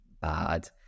bad